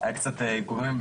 היו קצת עיכובים,